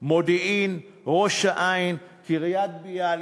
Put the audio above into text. מודיעין, ראש-העין, קריית-ביאליק,